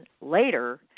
later